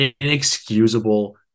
inexcusable